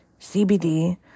CBD